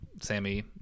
Sammy